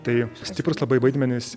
tai stiprūs labai vaidmenys